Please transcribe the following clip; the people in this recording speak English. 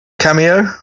cameo